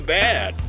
bad